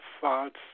thoughts